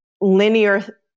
linear